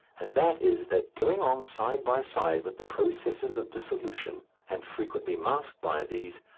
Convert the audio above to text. and that is that, going on side by side with the processes of dissolution and frequently masked by these,